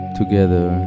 together